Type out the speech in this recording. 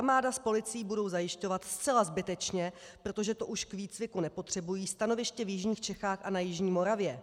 Armáda s policií budou zajišťovat zcela zbytečně, protože to už k výcviku nepotřebují, stanoviště v jižních Čechách a na jižní Moravě.